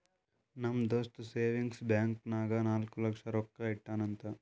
ನಮ್ ದೋಸ್ತ savings bank ನಾಗ್ ನಾಲ್ಕ ಲಕ್ಷ ರೊಕ್ಕಾ ಇಟ್ಟಾನ್ ಅಂತ್